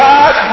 God